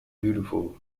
beautiful